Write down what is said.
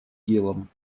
делом